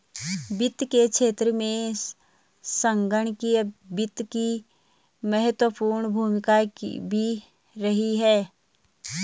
वित्त के क्षेत्र में संगणकीय वित्त की महत्वपूर्ण भूमिका भी रही है